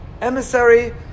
emissary